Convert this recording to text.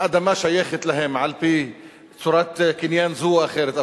האדמה שייכת להם על-פי צורת קניין זו או אחרת,